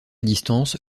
distance